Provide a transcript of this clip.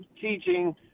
teaching